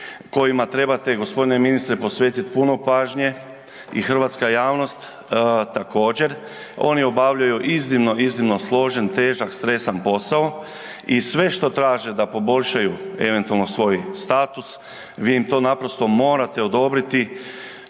kojima trebate gospodine ministre posvetiti puno pažnje i hrvatska javnost također. Oni obavljaju iznimno, iznimno složen, težak, stresan posao i sve što traže da poboljšaju eventualno svoj status, vi im to naprosto morate odobriti